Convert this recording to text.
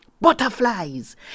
Butterflies